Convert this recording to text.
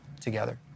together